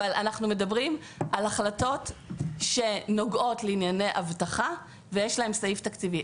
אבל אנחנו מדברים על החלטות שנוגעות לענייני אבטחה ויש להן סעיף תקציבי.